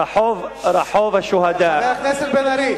רצחתם את היהודים,